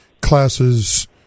classes